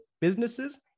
businesses